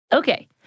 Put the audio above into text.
Okay